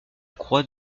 croix